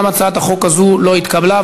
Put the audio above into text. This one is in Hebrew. גם הצעת החוק הזו לא התקבלה.